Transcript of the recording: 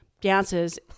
dances